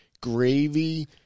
gravy